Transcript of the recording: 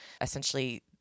essentially